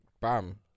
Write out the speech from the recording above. Bam